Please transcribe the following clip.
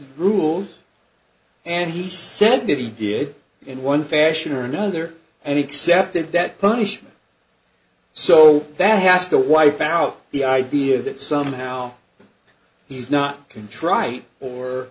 rules and he said that he did in one fashion or another and accepted that punishment so that has to wipe out the idea that somehow he's not contrite or